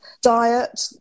diet